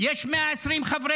יש 120 חברי